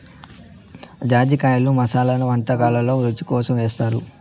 జాజికాయను మసాలా వంటకాలల్లో రుచి కోసం ఏస్తారు